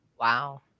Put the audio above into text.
Wow